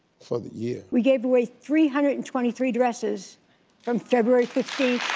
for the year? we gave away three hundred and twenty three dresses from february fifteenth